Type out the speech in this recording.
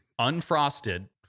unfrosted